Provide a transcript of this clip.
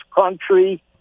country